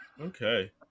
Okay